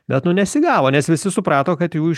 bet nesigavo nes visi suprato kad jų